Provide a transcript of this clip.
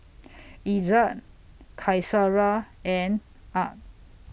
Izzat Qaisara and Ahad